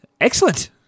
Excellent